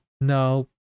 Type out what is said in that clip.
no